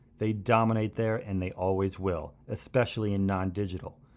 they dominate there and they always will, especially in non-digital.